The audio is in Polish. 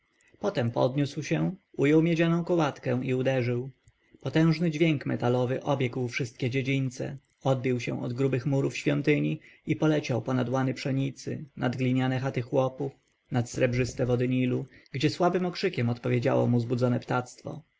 potem podniósł się ujął miedzianą kołatkę i uderzył potężny dźwięk metalowy obiegł wszystkie dziedzińce odbił się od grubych murów świątyni i poleciał ponad łany pszenicy nad gliniane chaty chłopów nad srebrzyste wody nilu gdzie słabym okrzykiem odpowiedziało mu zbudzone ptactwo